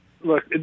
look